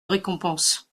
récompense